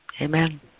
Amen